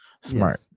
Smart